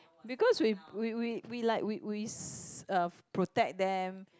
because we we we we like we we s~ uh protect them